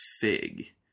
fig